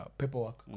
paperwork